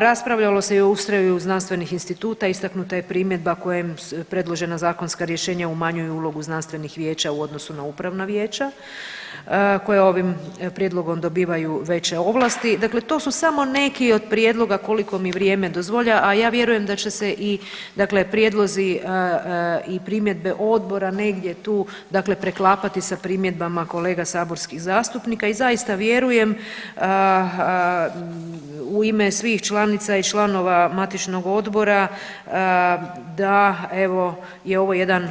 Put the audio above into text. Raspravljalo se i o ustroju znanstvenih instituta, istaknuta je primjedba kojom predložena zakonska rješenja umanjuju ulogu znanstvenih vijeća u odnosu na upravna vijeća koja ovim prijedlogom dobivaju veće ovlasti, dakle to su samo neki od prijedloga koliko mi vrijeme dozvoljava, a ja vjerujem da će se i dakle prijedlozi i primjedbe odbora negdje tu dakle preklapati sa primjedbama kolega saborskih zastupnika i zaista vjerujem u ime svih članica i članova matičnog odbora da evo je ovo jedan